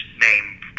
name